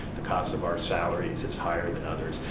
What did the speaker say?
the cost of our salaries is higher than others,